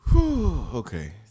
Okay